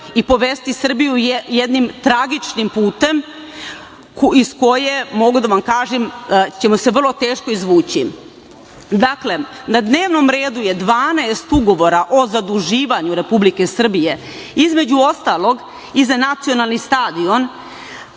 i povesti Srbiju jednim tragičnim putem sa kog, mogu da vam kažem, ćemo se vrlo teško izvući. Dakle, na dnevnom redu je 12 ugovora o zaduživanju Republike Srbije, između ostalog, i za Nacionalni stadion,